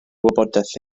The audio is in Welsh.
wybodaeth